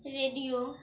radio